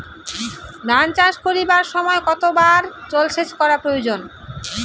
ধান চাষ করিবার সময় কতবার জলসেচ করা প্রয়োজন?